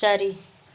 ଚାରି